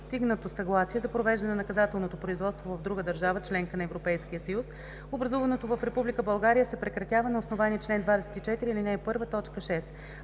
съгласие за провеждане на наказателното производство в друга държава – членка на Европейския съюз, образуваното в Република България се прекратява на основание чл. 24, ал. 1, т. 6.